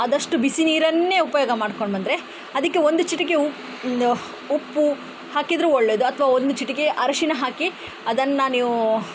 ಆದಷ್ಟು ಬಿಸಿ ನೀರನ್ನೇ ಉಪಯೋಗ ಮಾಡ್ಕೊಂಡ್ಬಂದ್ರೆ ಅದಕ್ಕೆ ಒಂದು ಚಿಟಿಕೆ ಉಪ್ಪು ಹಾಕಿದರು ಒಳ್ಳೆಯದು ಅಥವಾ ಒಂದು ಚಿಟಿಕೆ ಅರಿಶಿನ ಹಾಕಿ ಅದನ್ನು ನೀವು